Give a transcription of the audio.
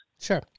Sure